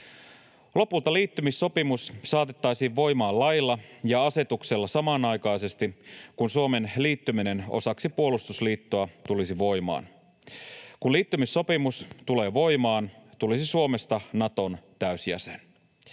Lopulta liittymissopimus saatettaisiin voimaan lailla ja asetuksella samanaikaisesti, kun Suomen liittyminen osaksi puolustusliittoa tulisi voimaan. Kun liittymissopimus tulee voimaan, tulisi Suomesta Naton täysjäsen.